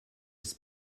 its